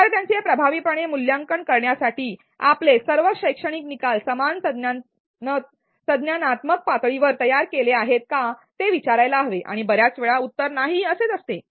विद्यार्थ्यांचे प्रभावीपणे मूल्यांकन करण्यासाठी आपले सर्व शैक्षणिक निकाल समान संज्ञानात्मक पातळीवर तयार केलेले आहेत का ते विचारायला हवे आणि बर्याच वेळा उत्तर नाही असेच असते